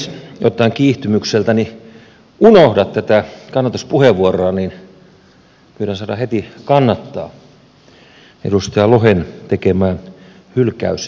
jotta en kiihtymykseltäni unohda tätä kannatuspuheenvuoroa pyydän saada heti kannattaa edustaja lohen tekemää hylkäysesitystä